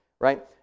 right